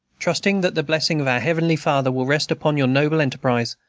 trusting that the blessing of our heavenly father will rest upon your noble enterprise,